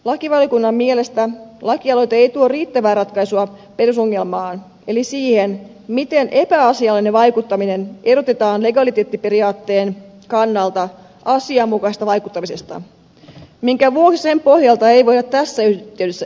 lakivaliokunnan mielestä lakialoite ei tuo riittävää ratkaisua perusongelmaan eli siihen miten epäasiallinen vaikuttaminen erotetaan legaliteettiperiaatteen kannalta asianmukaisesta vaikuttamisesta minkä vuoksi sen pohjalta ei voida tässä yhteydessä edetä